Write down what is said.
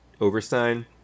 overstein